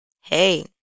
hey